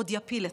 עוד יפיל אתכם,